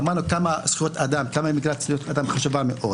ואמרנו כמה מגילת זכויות אדם חשובה מאוד,